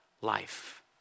life